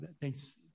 thanks